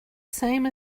same